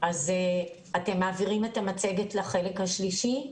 אז אתם מעבירים את המצגת לחלק השלישי?